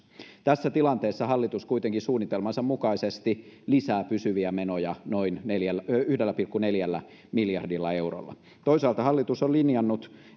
tässä tilanteessa hallitus kuitenkin suunnitelmansa mukaisesti lisää pysyviä menoja noin yhdellä pilkku neljällä miljardilla eurolla toisaalta hallitus on linjannut